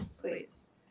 Please